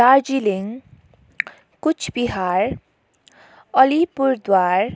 Darjeeling Cooch Behar Alipurduar